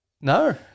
No